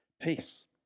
peace